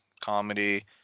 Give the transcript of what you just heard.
comedy